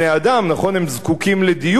הם זקוקים לדיור איפשהו.